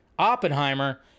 Oppenheimer